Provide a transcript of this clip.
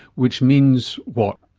which means, what?